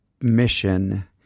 mission